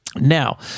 Now